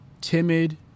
timid